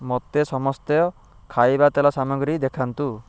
ମୋତେ ସମସ୍ତ ଖାଇବା ତେଲ ସାମଗ୍ରୀ ଦେଖାନ୍ତୁ